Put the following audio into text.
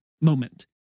moment